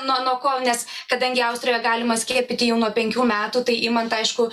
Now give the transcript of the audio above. nuo nuo ko nes kadangi austrijoje galima skiepyti jau nuo penkių metų tai imant aišku